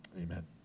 Amen